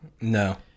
No